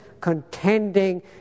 contending